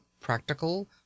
practical